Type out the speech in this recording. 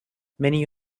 many